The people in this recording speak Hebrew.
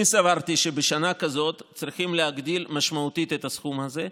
אני סברתי שבשנה כזאת צריכים להגדיל משמעותית את הסכום הזה.